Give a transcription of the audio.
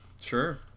Sure